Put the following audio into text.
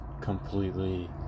completely